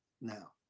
now